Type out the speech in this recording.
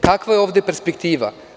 Kakva je ovde perspektiva?